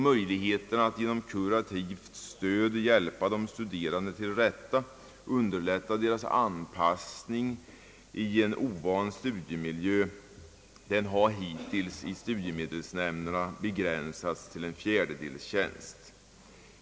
Möjligheterna att genom kurativt stöd hjälpa de studerande till rätta och underlätta deras anpassning i en ovan studiemiljö har i studiemedelsnämnderna hittills begränsats till en fjärdedelstjänst.